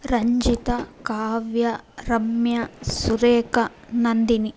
Ranjitha Kavya Ramya Surekha Nandini